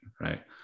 right